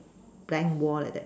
blank wall like that